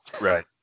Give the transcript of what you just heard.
Right